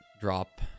drop